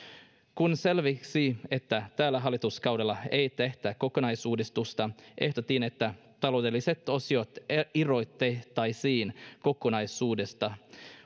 kun selvisi että tällä hallituskaudella ei tehdä kokonaisuudistusta ehdotin että taloudelliset osiot irrotettaisiin kokonaisuudesta